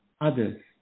others